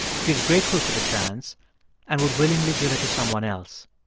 she's grateful for the chance and would willingly give it to someone else.